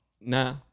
Nah